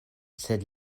sed